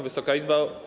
Wysoka Izbo!